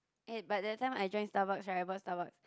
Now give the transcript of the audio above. eh but that time I drank Starbucks right I bought Starbucks